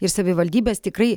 ir savivaldybės tikrai